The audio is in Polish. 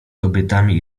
kobietami